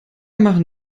machen